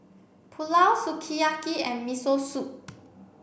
Pulao Sukiyaki and Miso Soup